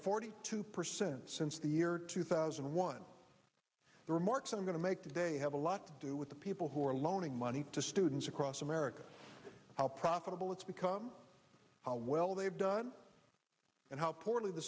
forty two percent since the year two thousand and one the remarks i'm going to make today have a lot to do with the people who are loaning money to students across america how profitable it's become how well they've done and how poorly the